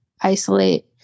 isolate